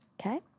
Okay